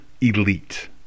elite